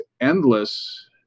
endless